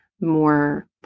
more